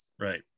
right